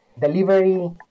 Delivery